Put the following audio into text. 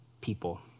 people